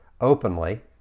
openly